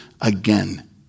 again